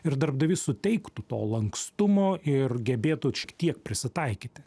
ir darbdavys suteiktų to lankstumo ir gebėtų šiek tiek prisitaikyti